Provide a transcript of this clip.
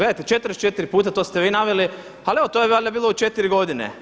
Gledajte 44 puta to ste vi naveli, ali evo to je valjda bilo u 4 godine.